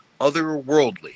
otherworldly